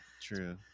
true